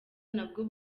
nabwo